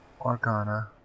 Organa